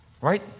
Right